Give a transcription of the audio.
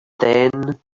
then